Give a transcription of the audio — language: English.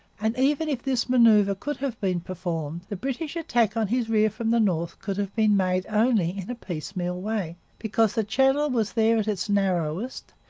and, even if this manoeuvre could have been performed, the british attack on his rear from the north could have been made only in a piecemeal way, because the channel was there at its narrowest,